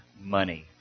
money